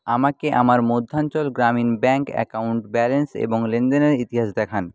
আমাকে আমার মধ্যাঞ্চল গ্রামীণ ব্যাঙ্ক অ্যাকাউন্ট ব্যালেন্স এবং লেনদেনের ইতিহাস দেখান